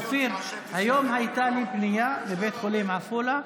אופיר, היום הייתה לי פנייה לבית החולים עפולה,